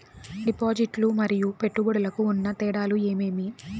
డిపాజిట్లు లు మరియు పెట్టుబడులకు ఉన్న తేడాలు ఏమేమీ?